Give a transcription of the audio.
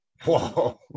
Whoa